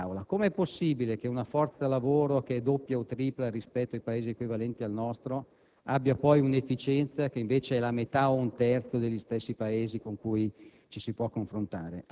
il doppio o il triplo di Paesi equivalenti al nostro, una cosa comune in tutto quello che è pubblico nel nostro Paese; che la sola Campania ha un numero di magistrati equivalente a quello dell'intera Gran Bretagna;